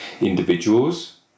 individuals